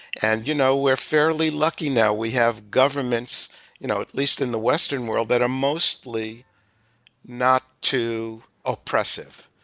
and you know we're fairly lucky now, we have governments you know at least in the western world, that are mostly not too oppressive.